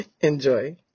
Enjoy